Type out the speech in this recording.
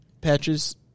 patches